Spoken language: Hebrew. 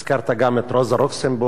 הזכרת גם את רוזה לוקסמבורג.